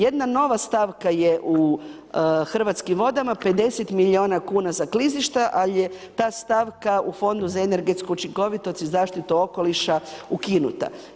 Jedna nova stavka je u Hrvatskim vodama, 50 milijuna kuna za klizišta, ali je ta stavka u Fondu za energetsku učinkovitost i zaštitu okoliša, ukinuta.